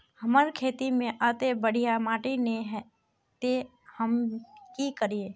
हमर खेत में अत्ते बढ़िया माटी ने है ते हम की करिए?